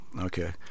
Okay